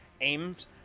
aimed